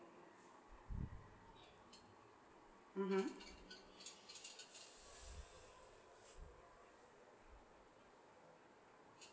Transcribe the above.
mmhmm